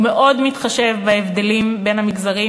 הוא מאוד מתחשב בהבדלים בין המגזרים,